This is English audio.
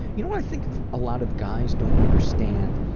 you know, i think a lot of guys don't understand,